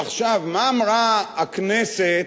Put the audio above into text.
מה אמרה הכנסת?